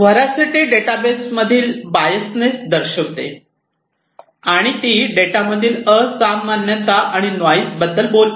veracity डेटामधील biasness दर्शवते आणि ती डेटामधील असामान्यता आणि नॉईस बद्दल बोलते